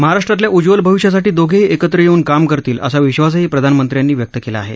महाराष्ट्राच्या उज्ज्वल भविष्यासाठी दोघेही एकत्र येऊन काम करतील असा विश्वासही प्रधानमंत्र्यांनी व्यक्त केला आहे